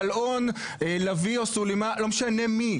גלאון, לביא או סלימאן לא משנה מי.